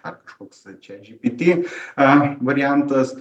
ar kažkoks tai čat džy py tį variantas